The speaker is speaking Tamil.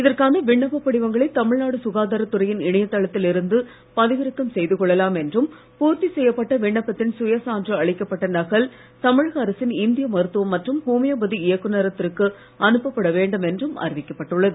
இதற்கான விண்ணப்ப படிவங்களை தமிழ்நாடு சுகாதாரத் துறையின் இணையதளத்தில் இருந்து பதிவிறக்கம் செய்து கொள்ளலாம் என்றும் பூர்த்தி செய்யப்பட்ட விண்ணப்பத்தின் சுய சான்று அளிக்கப்பட்ட நகல் தமிழக அரசின் இந்திய மருத்துவம் மற்றும் ஹோமியோபதி இயக்குனரகத்திற்கு வேண்டும் என்றும் அனுப்பப்பட அறிவிக்கப்பட்டுள்ளது